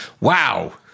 wow